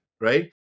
right